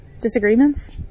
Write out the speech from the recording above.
Disagreements